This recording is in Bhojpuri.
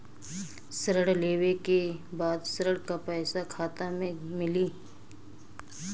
ऋण लेवे के बाद ऋण का पैसा खाता में मिली?